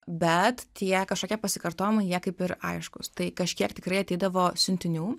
bet tie kažkokie pasikartojimai jie kaip ir aiškūs tai kažkiek tikrai ateidavo siuntinių